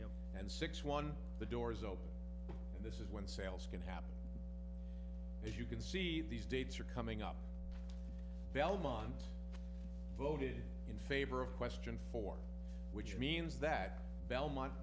year and six one the doors open and this is when sales can happen as you can see these dates are coming up belmont voted in favor of question for which means that belmont